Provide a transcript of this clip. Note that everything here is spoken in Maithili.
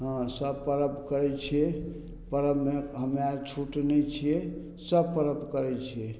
हँ सब पर्व करय छियै पर्वमे हमरा छूटय नहि छियै सब पर्व करय छियै